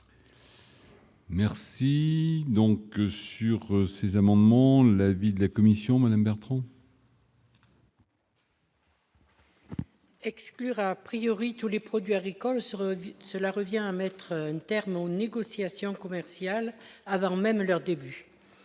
Merci donc sur ces amendements, l'avis de la commission Madame Bertrand. Exclure a priori tous les produits agricoles sur cela revient à mettre une terme aux négociations commerciales avant même leur début,